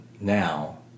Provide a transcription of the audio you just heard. now